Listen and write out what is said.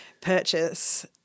purchase